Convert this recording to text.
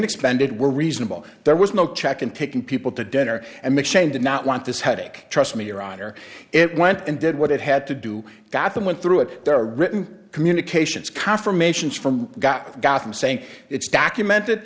expended were reasonable there was no check in picking people to dinner and mcshane did not want this headache trust me your honor it went and did what it had to do gotham went through it there are written communications confirmations from got got them saying it's documented